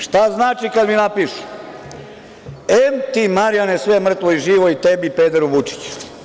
Šta znači kad mi napišu – …em ti Marijane sve mrtvo i živo i tebi pederu Vučiću.